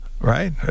right